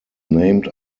named